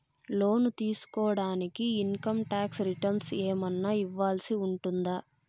లోను తీసుకోడానికి income tax returns ఏమన్నా ఇవ్వాల్సి ఉంటుందా